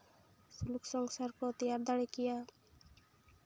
ᱥᱩᱞᱩᱠ ᱥᱚᱝᱥᱟᱨ ᱠᱚ ᱛᱮᱭᱟᱨ ᱫᱟᱲᱮ ᱠᱮᱭᱟ